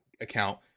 account